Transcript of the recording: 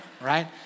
right